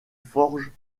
forges